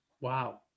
Wow